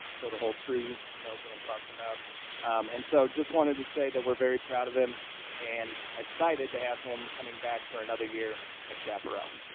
so the whole crew knows what i'm talking about um and so just wanted to say that we're very proud of him and excited to have him coming back for another year at chaparral